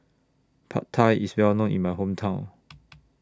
Pad Thai IS Well known in My Hometown